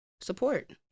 support